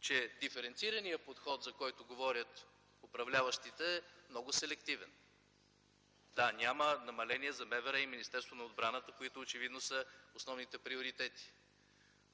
че диференцираният подход, за който говорят управляващите, е много селективен. Да, няма намаления за Министерството на вътрешните работи и Министерството на отбраната, които очевидно са основните приоритети,